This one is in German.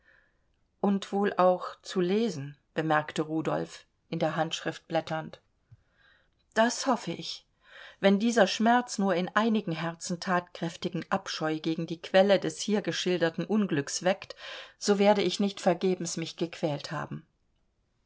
und wohl auch zu lesen bemerkte rudolf in der handschrift blätternd das hoffe ich wenn dieser schmerz nur in einigen herzen thatkräftigen abscheu gegen die quelle des hier geschilderten unglücks weckt so werde ich nicht vergebens mich gequält haben